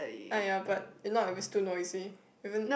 !aiya! but if not it was too noisy even